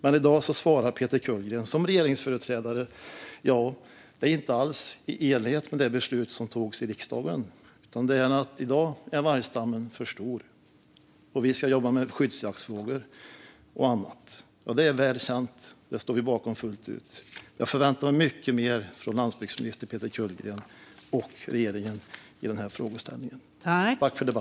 Men svaret i dag från Peter Kullgren som regeringsföreträdare är inte alls i enlighet med det beslut som togs i riksdagen. Svaret är att vargstammen i dag är för stor och att vi ska jobba med skyddsjaktsfrågor och annat. Detta är väl känt - det står vi bakom fullt ut. Jag förväntar mig mycket mer av landsbygdsminister Peter Kullgren och regeringen i denna fråga.